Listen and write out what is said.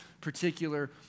particular